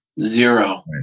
Zero